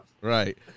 Right